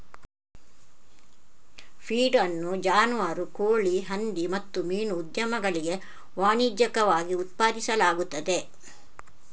feed ಅನ್ನು ಜಾನುವಾರು, ಕೋಳಿ, ಹಂದಿ ಮತ್ತು ಮೀನು ಉದ್ಯಮಗಳಿಗೆ ವಾಣಿಜ್ಯಿಕವಾಗಿ ಉತ್ಪಾದಿಸಲಾಗುತ್ತದೆ